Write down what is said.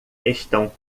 estão